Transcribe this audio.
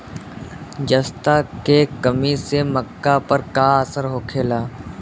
जस्ता के कमी से मक्का पर का असर होखेला?